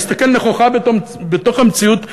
הוא יסתכל נכוחה בתוך המציאות,